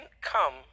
come